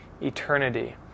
eternity